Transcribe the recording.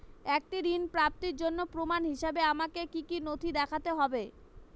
একটি ঋণ প্রাপ্তির জন্য প্রমাণ হিসাবে আমাকে কী কী নথি দেখাতে হবে?